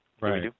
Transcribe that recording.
right